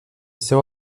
seu